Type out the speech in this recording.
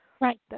Right